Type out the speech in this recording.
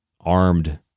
armed